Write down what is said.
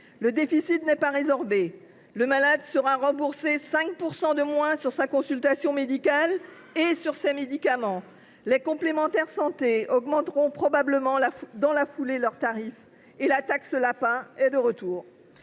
le déficit n’est pas résorbé, le malade sera remboursé 5 % de moins sur sa consultation médicale et ses médicaments, les complémentaires santé augmenteront probablement leurs tarifs dans la foulée et la « taxe lapin » est de retour.